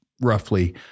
roughly